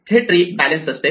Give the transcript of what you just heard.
हे tree balance असते